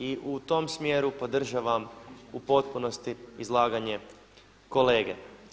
I u tom smjeru podržavam u potpunosti izlaganje kolege.